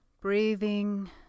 breathing